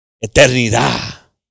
eternidad